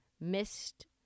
missed